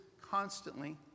constantly